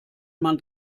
man